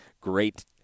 great